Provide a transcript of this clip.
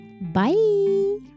Bye